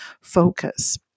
focus